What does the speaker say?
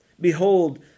Behold